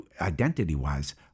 identity-wise